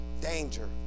danger